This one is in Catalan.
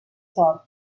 sort